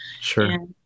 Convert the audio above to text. Sure